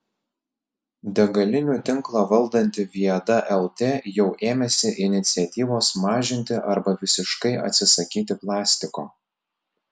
degalinių tinklą valdanti viada lt jau ėmėsi iniciatyvos mažinti arba visiškai atsisakyti plastiko